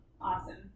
awesome